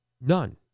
none